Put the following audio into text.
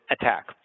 attack